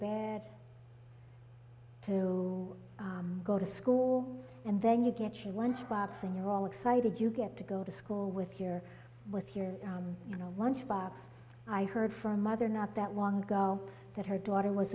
bed to go to school and then you get your lunch box and you're all excited you get to go to school with your with your you know once box i heard from other not that long ago that her daughter was